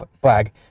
flag